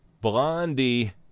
blondie